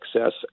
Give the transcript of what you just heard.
access